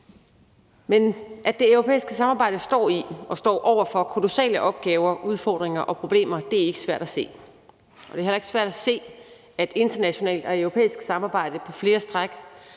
At det europæiske samarbejde står i og står over for kolossale opgaver, udfordringer og problemer, er ikke svært at se, og det er heller ikke svært at se, at internationalt og europæisk samarbejde på flere stræk